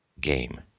game